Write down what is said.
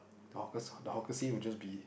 hawkers the hawkercy will just be